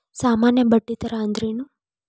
ಸಾಮಾನ್ಯ ಬಡ್ಡಿ ದರ ಅಂದ್ರೇನ?